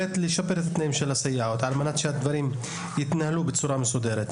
לשפר את התנאים של הסייעות - על מנת שהדברים יתנהלו בצורה מסוימת.